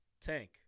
Tank